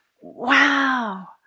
wow